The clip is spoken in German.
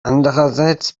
andererseits